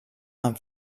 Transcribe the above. amb